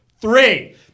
three